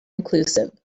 inclusive